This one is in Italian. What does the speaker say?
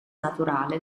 naturale